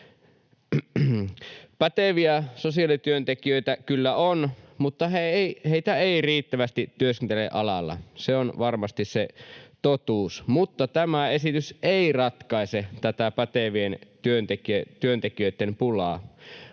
Päteviä sosiaalityöntekijöitä kyllä on, mutta heitä ei riittävästi työskentele alalla. Se on varmasti se totuus. Mutta tämä esitys ei ratkaise tätä pätevien työntekijöitten pulaa,